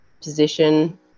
position